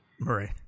Right